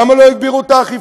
למה לא הגבירו את האכיפה?